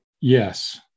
Yes